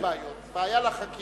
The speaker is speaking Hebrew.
יש שתי בעיות: בעיה לחקירה,